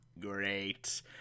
great